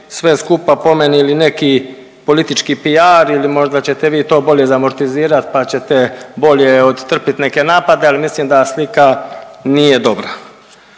sve skupa po meni ili neki politički PR ili možda ćete vi to bolje izamortizirati pa ćete bolje otrpiti neke napade, ali mislim da slika nije dobra.